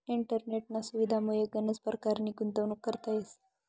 इंटरनेटना सुविधामुये गनच परकारनी गुंतवणूक करता येस